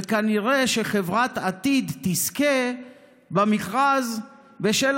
וכנראה שחברת "עתיד" תזכה במכרז בשל